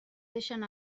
deixen